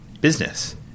business